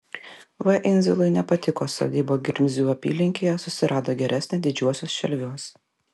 v indziului nepatiko sodyba grimzių apylinkėje susirado geresnę didžiuosiuos šelviuos